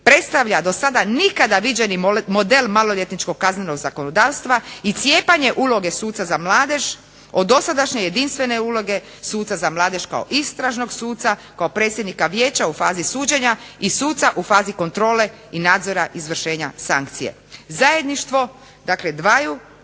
predstavlja do sada nikada viđeni model maloljetničkog kaznenog zakonodavstva i cijepanje uloge suca za mladež od dosadašnje jedinstvene uloge suca za mladež kao istražnog suca, kao predsjednika Vijeća u fazi suđenja i suca u fazi kontrole i nadzora izvršenja sankcije. Zajedništvo dakle dvije